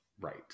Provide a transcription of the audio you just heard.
right